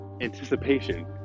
anticipation